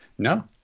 No